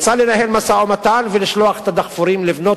היא רוצה לנהל משא-ומתן ולשלוח את הדחפורים לבנות